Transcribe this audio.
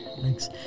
Thanks